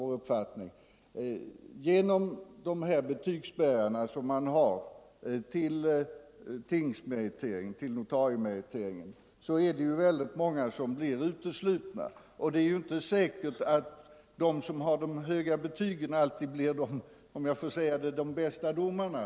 På grund av de här betygsspärrarna till tingsmeritering är det många som utesluts. Det är inte säkert att de som har de höga betygen alltid blir de bästa domarna.